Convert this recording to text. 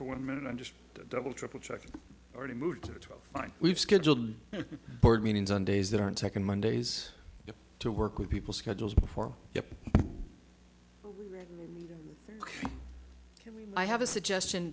for one minute and just double triple checking already moot point we've scheduled board meetings on days that aren't second mondays to work with people schedules before i have a suggestion